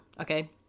okay